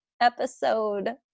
episode